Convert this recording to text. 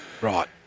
Right